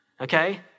okay